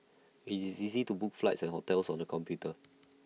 IT is easy to book flights and hotels on the computer